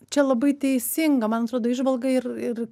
čia labai teisinga man atrodo įžvalga ir ir